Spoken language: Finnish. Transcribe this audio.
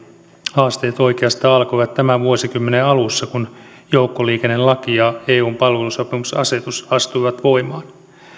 haasteet oikeastaan alkoivat tämän vuosikymmenen alussa kun joukkoliikennelaki ja eun palvelusopimusasetus astuivat voimaan